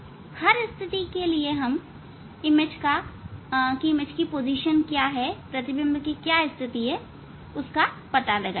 हर स्थिति के लिए हम प्रतिबिंब की स्थिति का पता लगाएंगे